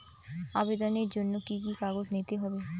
আবেদনের জন্য কি কি কাগজ নিতে হবে?